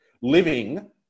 Living